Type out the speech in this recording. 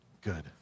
good